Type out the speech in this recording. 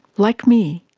like me,